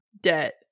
debt